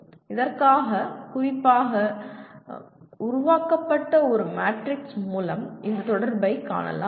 இதற்காக குறிப்பாக உருவாக்கப்பட்ட ஒரு மேட்ரிக்ஸ் மூலம் இந்த தொடர்பைக் காணலாம்